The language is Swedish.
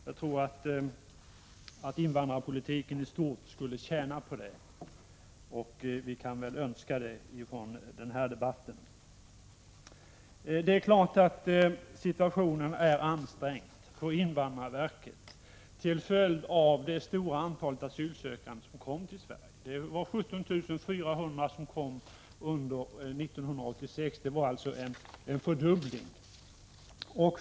Jag tror att invandrarpolitiken i stort skulle tjäna på detta. Självfallet är situationen på invandrarverket ansträngd till följd av det stora antalet asylsökande i Sverige. Det uppgick till 17 400 under 1986, vilket innebar en fördubbling.